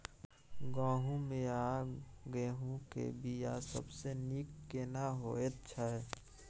गहूम या गेहूं के बिया सबसे नीक केना होयत छै?